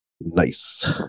Nice